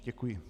Děkuji.